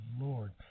Lord